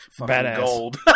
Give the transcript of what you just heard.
badass